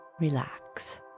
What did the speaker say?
Relax